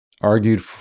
argued